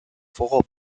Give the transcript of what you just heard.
fuego